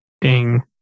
Ding